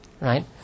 right